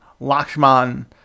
Lakshman